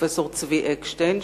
פרופסור צבי אקשטיין,